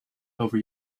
over